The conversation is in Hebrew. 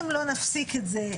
אם לא נפסיק את זה,